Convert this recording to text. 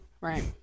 Right